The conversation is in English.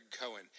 Cohen